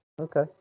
Okay